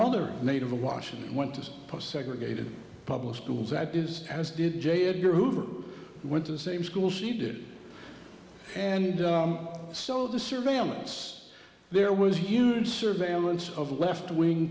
mother native of washington went to post segregated public schools that is as did j edgar hoover went to the same school she did and so the surveillance there was huge surveillance of left wing